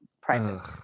private